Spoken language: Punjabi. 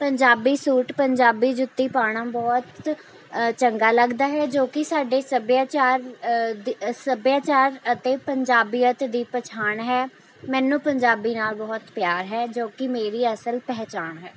ਪੰਜਾਬੀ ਸੂਟ ਪੰਜਾਬੀ ਜੁੱਤੀ ਪਾਉਣਾ ਬਹੁਤ ਚੰਗਾ ਲੱਗਦਾ ਹੈ ਜੋ ਕਿ ਸਾਡੇ ਸੱਭਿਆਚਾਰ ਦ ਸੱਭਿਆਚਾਰ ਅਤੇ ਪੰਜਾਬੀਅਤ ਦੀ ਪਛਾਣ ਹੈ ਮੈਨੂੰ ਪੰਜਾਬੀ ਨਾਲ ਬਹੁਤ ਪਿਆਰ ਹੈ ਜੋ ਕਿ ਮੇਰੀ ਅਸਲ ਪਹਿਚਾਣ ਹੈ